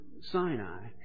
Sinai